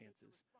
chances